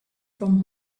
from